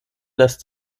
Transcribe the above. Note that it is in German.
lässt